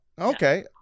Okay